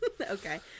Okay